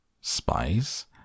Spies